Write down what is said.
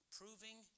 proving